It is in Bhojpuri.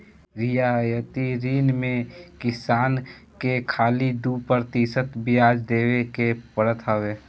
रियायती ऋण में किसान के खाली दू प्रतिशत बियाज देवे के पड़त हवे